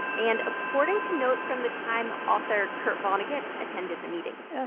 and according to notes from the time, author kurt vonnegut attended the meeting. so